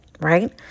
right